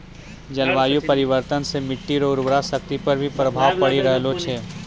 जलवायु परिवर्तन से मट्टी रो उर्वरा शक्ति पर भी प्रभाव पड़ी रहलो छै